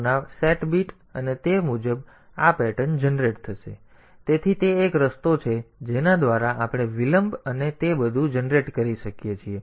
2 ના set bit અને તે મુજબ આ પેટર્ન જનરેટ થશે તેથી તે એક રસ્તો છે જેના દ્વારા આપણે વિલંબ અને તે બધું જનરેટ કરી શકીએ છીએ